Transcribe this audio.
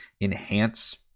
enhance